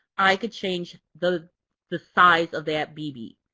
i can change the the size of that bb.